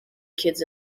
kids